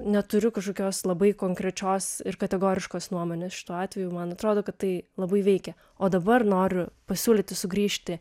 neturiu kažkokios labai konkrečios ir kategoriškos nuomonės šituo atveju man atrodo kad tai labai veikia o dabar noriu pasiūlyti sugrįžti